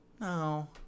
No